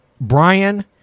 Brian